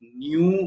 new